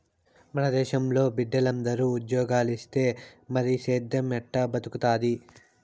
మన దేశంలో బిడ్డలందరూ ఉజ్జోగాలిస్తే మరి సేద్దెం ఎట్టా బతుకుతాది